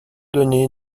donnée